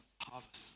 harvest